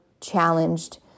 challenged